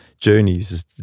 journeys